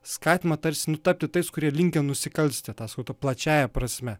skatino tarsi nu tapti tais kurie linkę nusikalsti tą sakau ta plačiąja prasme